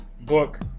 book